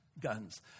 guns